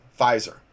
Pfizer